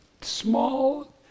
small